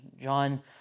John